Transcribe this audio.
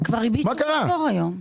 זה כבר ריבית שוק אפור היום.